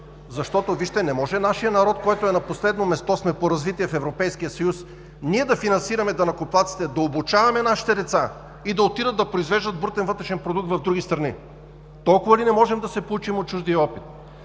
защото не може нашият народ, който е на последно място по развитие в Европейския съюз, ние да финансираме данъкоплатците, да обучаваме нашите деца, и да отидат да произвеждат брутен вътрешен продукт в други страни! Толкова ли не можем да се поучим от чуждия опит?!